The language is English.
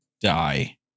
die